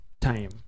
time